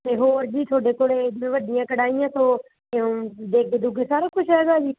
ਅਤੇ ਹੋਰ ਜੀ ਤੁਹਾਡੇ ਕੋਲੇ ਵੱਡੀਆਂ ਕੜਾਹੀਆਂ ਸੋ ਇਉਂ ਦੇਗੇ ਦੁਗੇ ਸਾਰਾ ਕੁਛ ਹੈਗਾ ਜੀ